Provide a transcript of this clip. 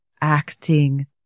acting